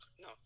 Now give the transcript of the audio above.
No